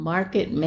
Market